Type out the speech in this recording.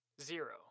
zero